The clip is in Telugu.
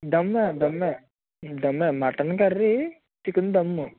దమ్మె దమ్మె దమ్మె మటన్ కర్రీ చికెన్ దమ్ము